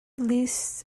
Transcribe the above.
lists